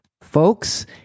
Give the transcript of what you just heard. folks